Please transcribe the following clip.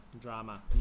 drama